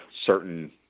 certain